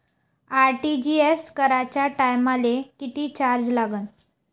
RTGS कराच्या टायमाले किती चार्ज लागन?